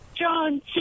John